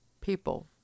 people